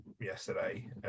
yesterday